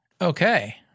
Okay